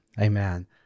Amen